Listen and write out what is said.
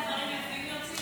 איזה דברים יפים יוצאים?